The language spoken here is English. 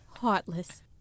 Heartless